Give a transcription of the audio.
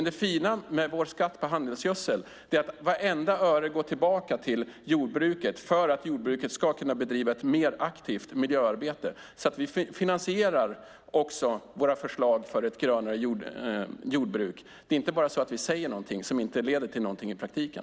Det fina med vår skatt på handelsgödsel är att vartenda öre går tillbaka till jordbruket för att jordbruket ska kunna bedriva ett mer aktivt miljöarbete, så vi finansierar också våra förslag för ett grönare jordbruk. Det är inte bara så att vi säger någonting som inte leder till någonting i praktiken.